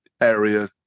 area